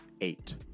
eight